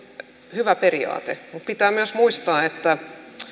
hyvä periaate mutta pitää myös muistaa että